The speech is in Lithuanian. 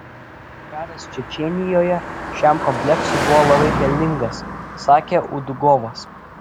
karas čečėnijoje šiam kompleksui buvo labai pelningas sakė udugovas